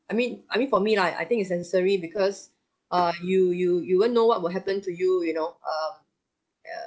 I mean I mean for me lah I think is necessary because uh you you you won't know what will happen to you you know uh err